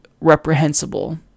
reprehensible